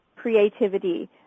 creativity